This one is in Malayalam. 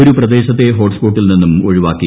ഒരു പ്രദേശത്ത്രെ ്ഹോട്ട് സ്പോട്ടിൽ നിന്നും ഒഴിവാക്കി